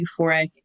euphoric